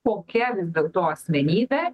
kokia vis dėl to asmenybė